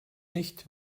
nicht